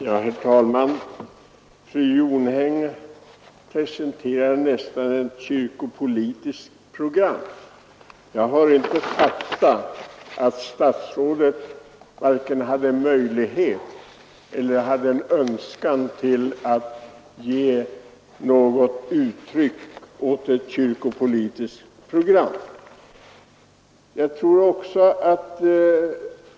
Herr talman! Fru Jonäng presenterade nästan ett kyrkopolitiskt program. Jag har fattat det så att statsrådet varken hade möjlighet eller någon önskan att ge uttryck för sin syn på ett kyrkopolitiskt program.